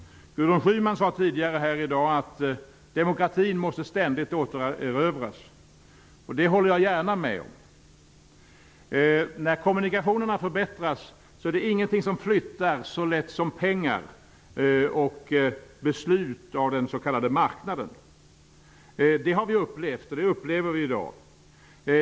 Gudrun Schyman sade tidigare i dag att demokratin ständigt måste återerövras. Det håller jag gärna med om. När kommunikationerna förbättras är det ingenting som flyttar så lätt som pengar och beslut av den s.k. marknaden. Det har vi upplevt. Det upplever vi i dag.